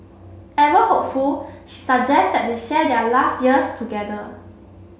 ever hopeful she suggests that they share their last years together